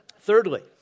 Thirdly